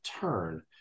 turn